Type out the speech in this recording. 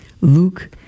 Luke